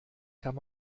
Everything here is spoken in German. kann